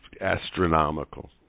astronomical